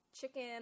Chicken